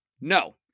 No